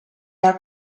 are